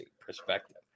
perspective